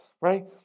right